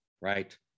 right